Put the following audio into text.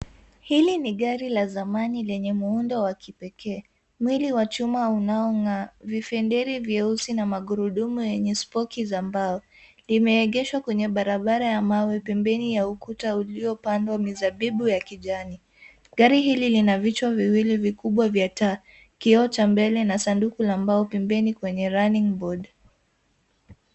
Hili ni gari la zamani lenye muundo wa kipekee. Mwili wa chuma unaong'aa. vifenderi vyeusi na magurudumu yenye spoki la mbao. Limeegeshwa kwenye barabara ya mawe pembeni ya ukuta uliopandwa mizabibu ya kijani. Gari hili lina vichwa viwili vikubwa vya taa, kioo cha mbele na sanduku la mbao pembeni kwenye running board .